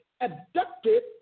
abducted